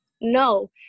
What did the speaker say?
no